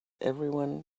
everyone